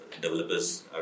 developers